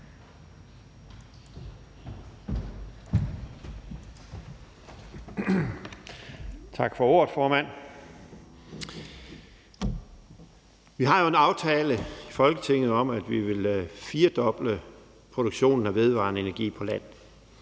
Tak for ordet, formand. Vi har jo en aftale i Folketinget om, at vi vil firedoble produktionen af vedvarende energi på land.